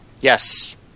Yes